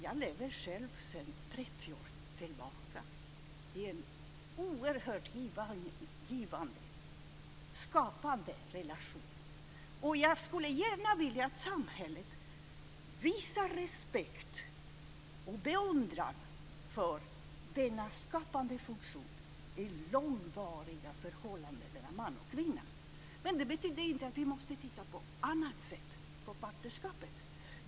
Jag lever själv sedan 30 år tillbaka i en oerhört givande och skapande relation. Jag skulle gärna se att samhället visade respekt och beundran för denna skapande funktion, för det långvariga förhållandet mellan man och kvinna. Det betyder inte att vi måste se på partnerskapet på ett annat sätt.